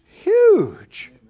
huge